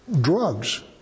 Drugs